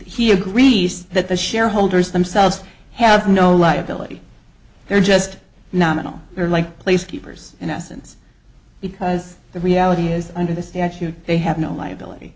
he agrees that the shareholders themselves have no liability they're just not on their like place keepers in essence because the reality is under the statute they have no liability